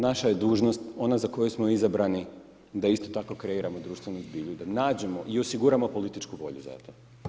Naša je dužnost, ona za koju smo izabrani, da isto tako kreiramo društvenu zbilju, da nađemo i osiguramo političku volju zajedno.